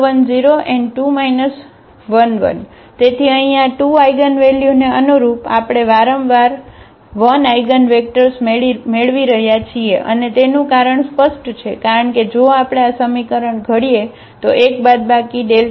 0 1 0 and 2 1 1 તેથી અહીં આ 2 આઇગનવેલ્યુને અનુરૂપ આપણે વારંવાર 1 આઇગનવેક્ટર મેળવી રહ્યા છીએ અને તેનું કારણ સ્પષ્ટ છે કારણ કે જો આપણે આ સમીકરણ ઘડીએ તો એક બાદબાકી λ I x બરાબર 0 છે